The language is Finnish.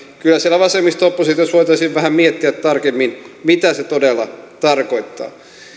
kyllä siellä vasemmisto oppositiossa voitaisiin vähän miettiä tarkemmin mitä se todella tarkoittaa